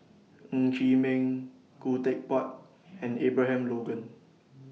Ng Chee Meng Khoo Teck Puat and Abraham Logan